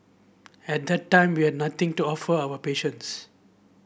at that time we had nothing to offer our patients